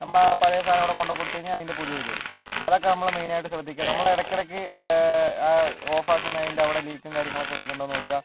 നമ്മളാ പഴയ സാധനം അവിടെ കൊണ്ട് കൊടുത്തു കഴിഞ്ഞാൽ അതിൻ്റെ പുതിയത് തരും അതൊക്കെ നമ്മുടെ മെയിനായിട്ട് ശ്രദ്ധിക്കുക നമ്മൾ ഇടയ്ക്കിടയ്ക്ക് ഓഫാക്കുന്നതിൻ്റെ അവിടെ ലീക്കും കാര്യങ്ങളും വരുന്നുണ്ടോ എന്ന് നോക്കുക